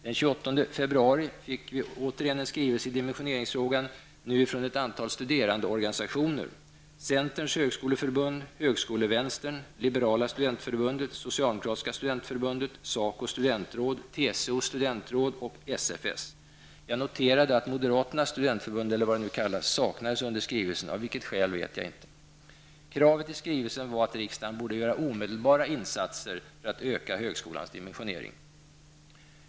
Den 28 februari fick vi återigen en skrivelse i dimensioneringsfrågan, nu från ett antal studerandeorganisationer: Centerns högskoleförbund, Högskolevänstern, Liberala studentförbundet, Socialdemokratiska studentförbundet, SACOs studentråd, TCOs studentråd och SFS. Jag noterade att moderaternas studentförbund -- eller vad det nu kallas -- saknas bland underskrifterna, av vilket skäl vet jag inte. Kravet i skrivelsen var att riksdagen borde göra omedelbara insatser för att öka högskolans dimensionering.